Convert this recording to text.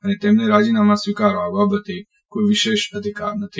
અને તેમને રાજીનામાં સ્વીકારવા બાબતે કોઇ વિશેષ અધિકાર નથી